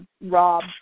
Rob